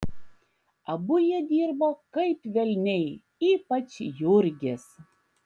abu jie dirbo kaip velniai ypač jurgis